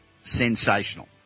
sensational